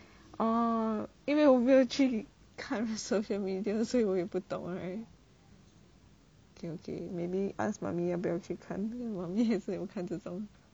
orh 因为我没有去看 social media 所以我也不懂 right okay okay maybe ask mummy 要不要去看 mummy 也是有看这种